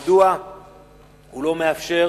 מדוע הוא לא מאפשר